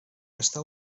està